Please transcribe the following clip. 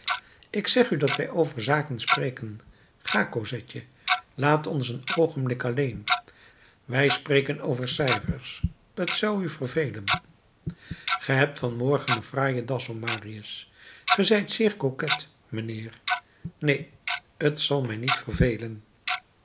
ik zeg u dat wij over zaken spreken ga cosetje laat ons een oogenblik alleen wij spreken over cijfers t zou u vervelen ge hebt van morgen een fraaie das om marius ge zijt zeer coquet mijnheer neen t zal mij niet vervelen